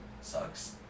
sucks